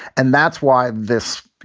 and that's why this